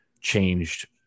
changed